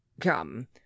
come